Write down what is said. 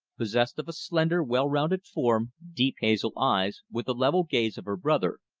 possessed of a slender, well-rounded form, deep hazel eyes with the level gaze of her brother,